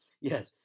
Yes